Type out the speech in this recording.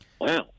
Wow